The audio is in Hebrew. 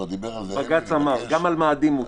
בג"ץ אמר, גם על מאדים מותר.